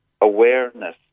awareness